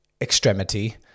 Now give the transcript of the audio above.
extremity